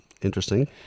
interesting